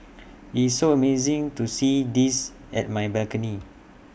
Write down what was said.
it's so amazing to see this at my balcony